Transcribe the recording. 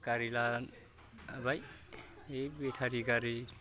गारि लाबाय बे बेटारि गारि